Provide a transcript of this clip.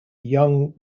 young